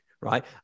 right